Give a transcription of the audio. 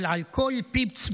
אבל על כל פיפס,